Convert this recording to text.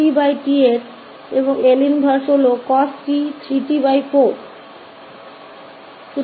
तो यह इसका इनवर्स cos 𝑎𝑡 है